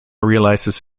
realizes